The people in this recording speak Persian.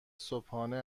صبحانه